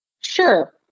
sure